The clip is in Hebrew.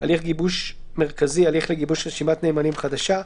'הליך גיבוש מרכזי' הליך לגיבוש רשימת נאמנים חדשה,